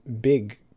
big